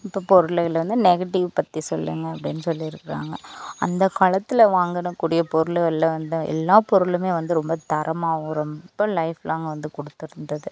இப்போ பொருளையில் வந்து நெகட்டிவ் பற்றி சொல்லுங்கள் அப்படின்னு சொல்லிருக்கிறாங்கள் அந்தக் காலத்தில் வாங்குனக் கூடிய பொருளுகளில் வந்து எல்லா பொருளுமே வந்து ரொம்ப தரமாகவும் ரொம்ப லைஃப் லாங்க் வந்து கொடுத்துருந்துது